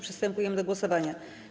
Przystępujemy do głosowania.